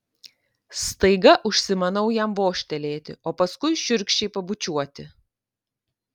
staiga užsimanau jam vožtelėti o paskui šiurkščiai pabučiuoti